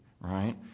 right